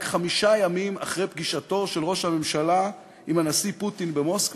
רק חמישה ימים אחרי פגישתו של ראש הממשלה עם הנשיא פוטין במוסקבה,